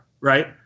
right